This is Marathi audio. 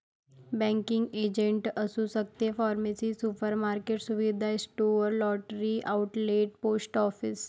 बँकिंग एजंट असू शकते फार्मसी सुपरमार्केट सुविधा store lottery outlet post office